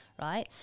right